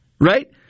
Right